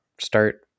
start